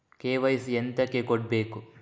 KYC ಎಂತಕೆ ಕೊಡ್ಬೇಕು?